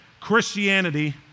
Christianity